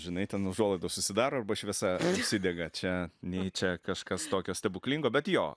žinai ten užuolaidos užsidaro arba šviesa užsidega čia nei čia kažkas tokio stebuklingo bet jo